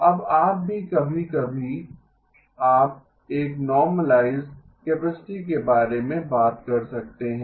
अब आप भी कभी कभी आप एक नॉरमलाइज़्ड कैपेसिटी के बारे में बात कर सकते हैं